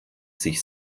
sich